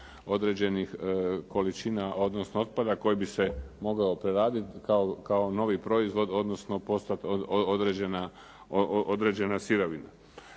određenih količina, odnosno otpada koji bi se mogao preraditi kao novi proizvod odnosno …/Govornik se ne